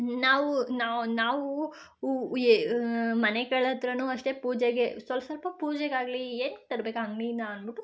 ನಾವು ನಾವು ಹೂ ಎ ಮನೆಗಳ ಹತ್ತಿರನೂ ಅಷ್ಟೇ ಪೂಜೆಗೆ ಸೊಲ್ಪ ಸ್ವಲ್ಪ ಪೂಜೆಗಾಗಲಿ ಏನಕ್ಕೆ ತರ್ಬೇಕು ಅಂಗಡಿಯಿಂದ ಅಂದುಬಿಟ್ಟು